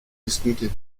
escompté